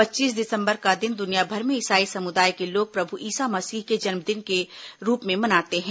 पच्चीस दिसंबर का दिन दुनियाभर में इसाई समुदाय के लोग प्रभू ईसा मसीह के जन्मदिवस के रूप में मनाते हैं